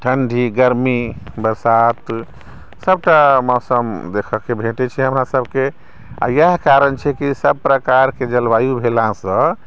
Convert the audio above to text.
ठण्डी गर्मी बरसात सभटा मौसम देखयके भेटै छै हमरासभके आ इएह कारण छै कि सभप्रकारके जलवायु भेलासँ